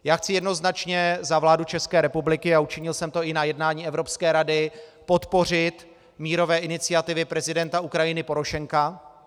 Já chci jednoznačně za vládu České republiky a učinil jsem to i na jednání Evropské rady podpořit mírové iniciativy prezidenta Ukrajiny Porošenka.